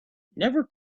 never